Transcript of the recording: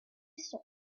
start